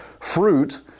Fruit